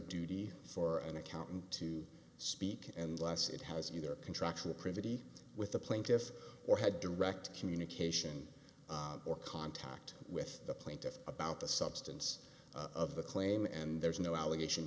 duty for an accountant to speak unless it has either contractual privity with the plaintiff or had direct communication or contact with the plaintiff about the substance of the claim and there's no allegation